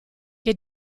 che